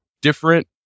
different